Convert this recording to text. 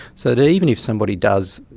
so that even if somebody does,